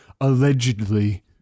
allegedly